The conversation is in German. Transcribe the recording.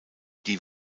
die